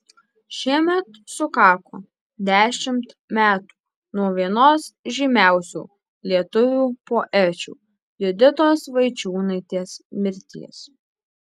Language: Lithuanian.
šiemet sukako dešimt metų nuo vienos žymiausių lietuvių poečių juditos vaičiūnaitės mirties